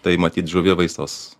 tai matyt žuvivaisos